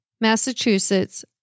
Massachusetts